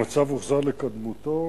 המצב הוחזר לקדמותו.